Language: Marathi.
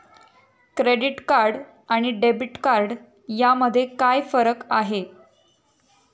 क्रेडिट कार्ड आणि डेबिट कार्ड यामध्ये काय फरक आहे?